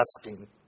asking